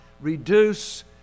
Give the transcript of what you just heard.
reduce